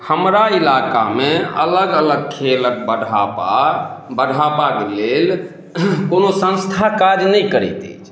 हमरा इलाकामे अलग अलग खेलक बढ़ाबा बढ़ाबाक लेल कोनो संस्था काज नहि करैत अछि